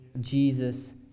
Jesus